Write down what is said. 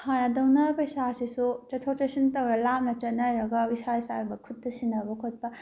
ꯍꯥꯟꯅꯗꯧꯅ ꯄꯩꯁꯥꯁꯤꯁꯨ ꯆꯠꯊꯣꯛ ꯆꯠꯁꯤꯟ ꯇꯧꯔ ꯂꯥꯞꯅ ꯆꯠꯅꯔꯒ ꯏꯁꯥ ꯏꯁꯥ ꯑꯣꯏꯕ ꯈꯨꯠꯇ ꯁꯤꯟꯅꯕ ꯈꯣꯠꯄ